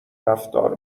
رفتار